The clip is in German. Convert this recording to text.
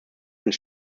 sind